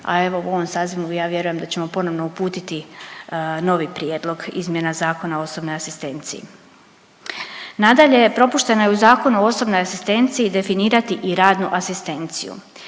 a evo u ovom sazivu ja vjerujem da ćemo ponovno uputiti novi prijedlog izmjena Zakona o osobnoj asistenciji. Nadalje, propušteno je u Zakonu o osobnoj asistenciji definirati i radnu asistenciju.